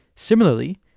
Similarly